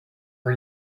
for